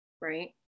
Right